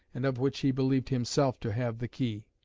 and of which he believed himself to have the key.